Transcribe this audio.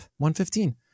115